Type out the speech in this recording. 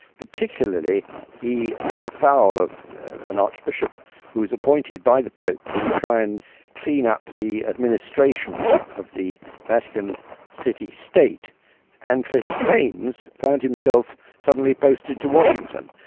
particularly he fell foul of an archbishop who was appointed by the pope to try and clean up the administration of the vatican city state and for his pains found himself suddenly posted to washington.